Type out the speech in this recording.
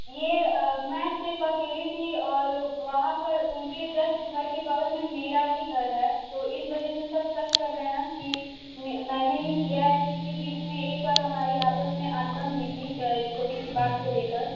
ये मैं सिर्फ अकेली थी और वहाँ पर उनके जस्ट घर के बगल में मेरा ही घर है तो इस वजह से सब शक कर रहे हैं कि मैंने ही किया है क्योंकि बीच में एक बार हमारी आपस में अनबन हुई थी एक छोटी सी बात को लेकर